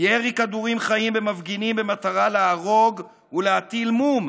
ירי כדורים חיים במפגינים במטרה להרוג ולהטיל מום,